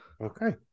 Okay